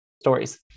stories